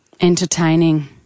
Entertaining